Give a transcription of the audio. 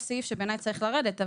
יש סעיף שבעיניי צריך לרדת,